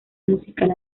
musical